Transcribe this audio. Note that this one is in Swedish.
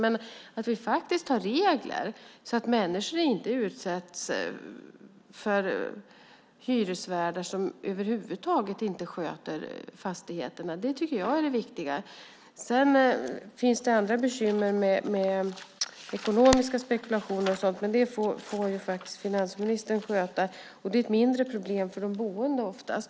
Men det är viktigt att vi faktiskt har regler, så att människor inte utsätts för hyresvärdar som över huvud taget inte sköter fastigheterna. Det tycker jag är det viktiga. Sedan finns det andra bekymmer med ekonomiska spekulationer och sådant, men det får faktiskt finansministern sköta. Det är oftast ett mindre problem för de boende.